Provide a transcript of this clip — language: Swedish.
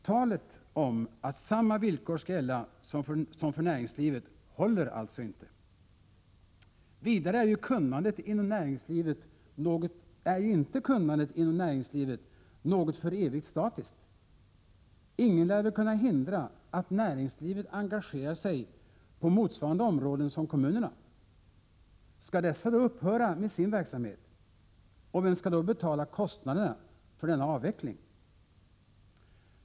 Talet om att samma villkor skall gälla som för näringslivet håller alltså inte. Vidare är ju inte kunnandet inom näringslivet något för evigt statiskt. Ingen lär väl kunna hindra att näringslivet engagerar sig på motsvarande områden som kommunerna. Skall dessa då upphöra med sin verksamhet? Och vem skall då betala kostnaderna för denna avveckling?